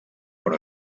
però